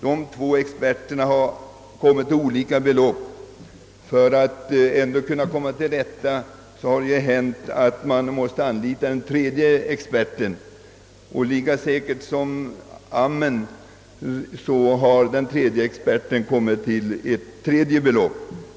De båda experterna har då oftast stannat för olika belopp, och för att komma till rätta med problemet har man ibland måst anlita en tredje expert. Lika säkert som amen i kyrkan har han angivit ett tredje belopp.